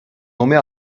nommés